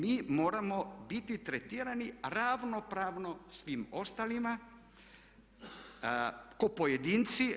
Mi moramo biti tretirani ravnopravno svim ostalima, kao pojedinci.